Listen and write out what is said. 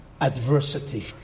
adversity